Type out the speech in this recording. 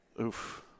Oof